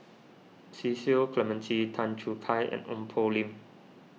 Cecil Clementi Tan Choo Kai and Ong Poh Lim